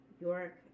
York